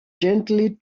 gently